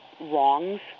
wrongs